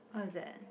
what is that